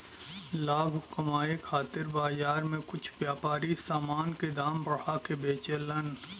लाभ कमाये खातिर बाजार में कुछ व्यापारी समान क दाम बढ़ा के बेचलन